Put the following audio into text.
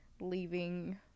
leaving